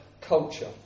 culture